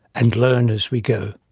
and learn as we go.